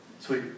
Sweet